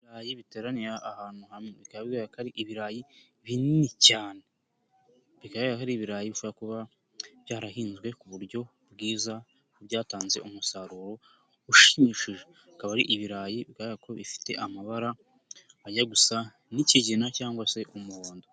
Ibiaryi biteraniye ahantu hamwe, bikaba bigaragara ko ari ibirayi binini cyane, bigaragara ko ari ibirayi bishobora kuba byarahinzwe ku buryo bwiza kuko byatanze umusaruro ushimishije, akaba ari ibirayi bigaragara ko bifite amabara ajya gusa n'ikigina cyangwa se umuhondo.